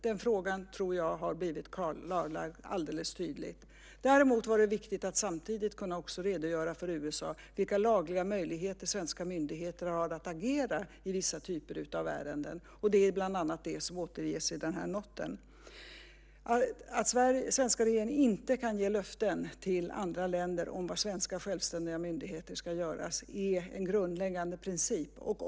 Den frågan tror jag har blivit klarlagd alldeles tydligt. Dessutom var det viktigt att samtidigt också kunna redogöra för USA för vilka lagliga möjligheter svenska myndigheter har att agera i vissa typer av ärenden. Det är bland annat det som återges i den här noten. Att den svenska regeringen inte kan ge löften till andra länder om vad svenska självständiga myndigheter ska göra är en grundläggande princip.